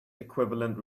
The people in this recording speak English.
equivalent